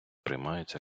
приймаються